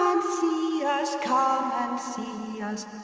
see us, come and see us,